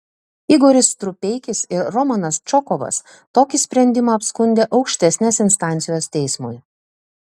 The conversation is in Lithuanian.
igoris strupeikis ir romanas čokovas tokį sprendimą apskundė aukštesnės instancijos teismui